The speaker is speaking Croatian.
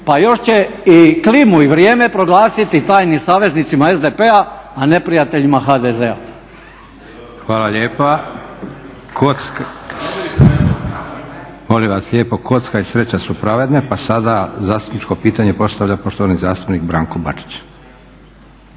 Pa još će i klimu i vrijeme proglasiti tajnim saveznicima SDP-a, a neprijateljima HDZ-a. **Leko, Josip (SDP)** Hvala lijepa. Molim vas lijepo kocka i sreća su pravedne pa sada zastupničko pitanje postavlja poštovani zastupnik Branko Bačić.